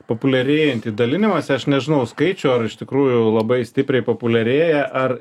populiarėjantį dalinimąsi aš nežinau skaičių ar iš tikrųjų labai stipriai populiarėja ar